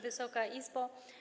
Wysoka Izbo!